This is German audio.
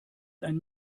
ein